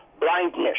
blindness